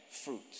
fruit